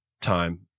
time